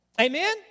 Amen